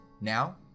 Now